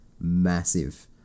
massive